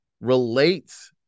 relates